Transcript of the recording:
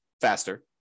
faster